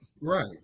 Right